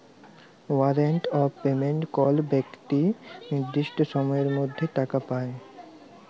warrant of payment কল বেক্তি লির্দিষ্ট সময়ের মধ্যে টাকা পায়